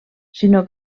sinó